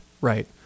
right